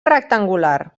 rectangular